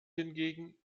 hingegen